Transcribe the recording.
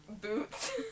boots